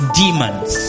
demons